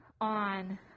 on